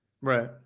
Right